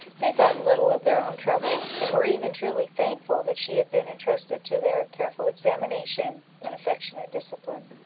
they thought little of their own trouble, and were even truly thankful that she had been intrusted to their careful examination and affectionate discipline.